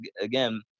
again